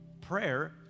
Prayer